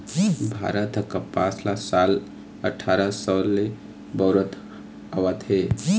भारत ह कपसा ल साल अठारा सव ले बउरत आवत हे